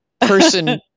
person